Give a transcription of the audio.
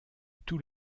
tous